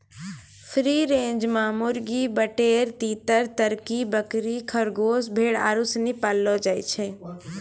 free range मे मुर्गी, बटेर, तीतर, तरकी, बकरी, खरगोस, भेड़ आरु सनी पाललो जाय छै